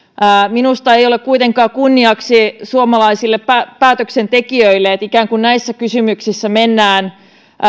minusta ei ole kuitenkaan kunniaksi suomalaisille päätöksentekijöille että näissä kysymyksissä ikään kuin mennään